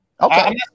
Okay